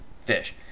fish